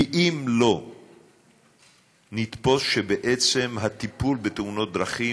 כי אם לא נתפוס שבעצם הטיפול בתאונות דרכים